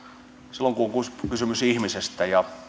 silloin kun on kysymys ihmisestä ja